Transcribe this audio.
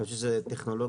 אני חושב שזאת טכנולוגיה,